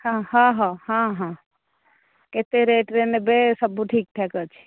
ହଁ ହଁ ହଁ ହଁ କେତେ ରେଟ୍ରେ ନେବେ ସବୁ ଠିକ୍ ଠାକ୍ ଅଛି